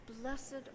Blessed